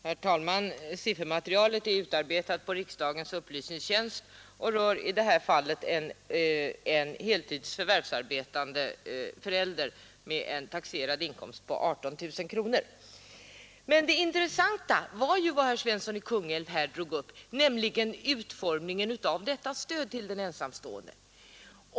Herr talman! Siffermaterialet är utarbetat av riksdagens upplysningstjänst och rör i det här fallet en på heltid förvärvsarbetande förälder med en taxerad inkomst på 18 000 kronor. Men det intressanta var vad herr Svensson i Kungälv drog upp, nämligen utformningen av stödet till den ensamstående.